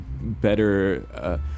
better